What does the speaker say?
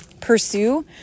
pursue